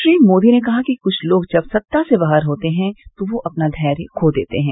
श्री मोदी ने कहा कि कुछ लोग जब सत्ता से बाहर होते हैं तो वे धैर्य खो देते हैं